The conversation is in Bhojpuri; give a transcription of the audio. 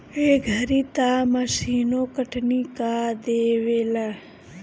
ए घरी तअ मशीनो कटनी कअ देवेला